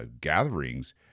gatherings